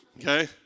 Okay